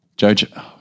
Jojo